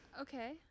Okay